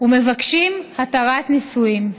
ומבקשים התרת נישואין.